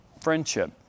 friendship